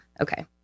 okay